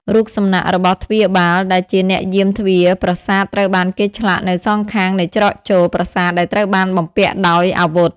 រូបសំណាករបស់ទ្វារបាលដែលជាអ្នកយាមទ្វារប្រាសាទត្រូវបានគេឆ្លាក់នៅសងខាងនៃច្រកចូលប្រាសាទដែលត្រូវបានបំពាក់ដោយអាវុធ។